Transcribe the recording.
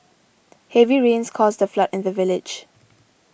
heavy rains caused a flood in the village